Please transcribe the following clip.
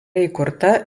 įkurta